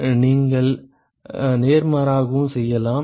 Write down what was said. நீங்கள் நேர்மாறாகவும் செய்யலாம்